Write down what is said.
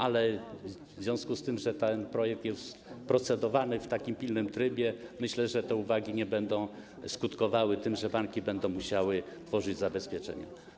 Ale w związku z tym, że ten projekt jest procedowany w pilnym trybie, myślę, że te uwagi nie będą skutkowały tym, że banki będą musiały tworzyć zabezpieczenia.